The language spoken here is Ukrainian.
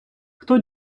хто